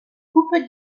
coupe